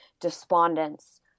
despondence